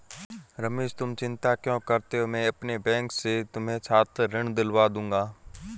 रमेश तुम चिंता क्यों करते हो मैं अपने बैंक से तुम्हें छात्र ऋण दिलवा दूंगा